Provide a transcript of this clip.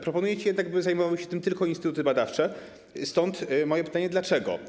Proponujecie jednak, by zajmowały się tym tylko instytuty badawcze, stąd moje pytanie: Dlaczego?